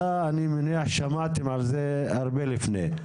אני מניח שאתם שמעתם על זה הרבה לפני,